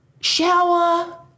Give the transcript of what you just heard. Shower